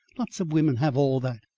lots of women have all that.